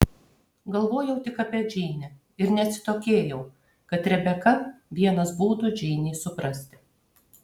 galvojau tik apie džeinę ir neatsitokėjau kad rebeka vienas būdų džeinei suprasti